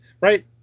Right